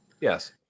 Yes